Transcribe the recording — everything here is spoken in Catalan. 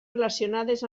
relacionades